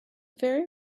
very